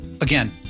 Again